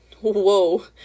Whoa